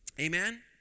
Amen